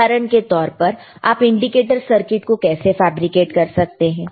उदाहरण के तौर पर आप इंडिकेटर सर्किट को कैसे फैब्रिकेट कर सकते हैं